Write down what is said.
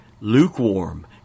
lukewarm